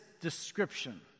description